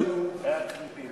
ולא רוככה בשמן.